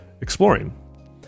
exploring